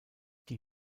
die